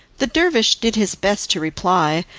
the dervish did his best to reply,